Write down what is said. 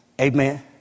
Amen